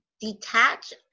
detach